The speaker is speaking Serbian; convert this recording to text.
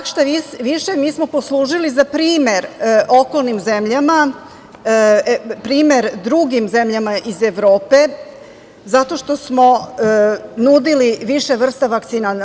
Mi smo poslužili za primer okolnim zemljama, primer drugim zemljama iz Evrope, zato što smo nudili više vrsta vakcina.